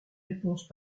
réponses